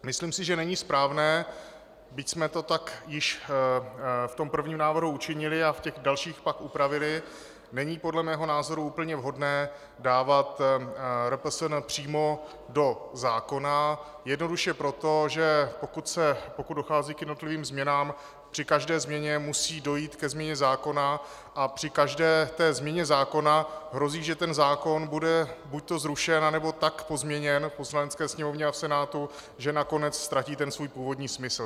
Myslím si, že není správné, byť jsme to tak již v prvním návrhu učinili a v dalších upravili, není podle mého názoru úplně vhodné dávat RPSN přímo do zákona, jednoduše proto, že pokud dochází k jednotlivým změnám, při každé změně musí dojít ke změně zákona a při každé změně zákona hrozí, že ten zákon bude buďto zrušen, anebo tak pozměněn v Poslanecké sněmovně a v Senátu, že nakonec ztratí svůj původní smysl.